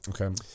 Okay